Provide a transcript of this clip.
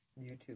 YouTube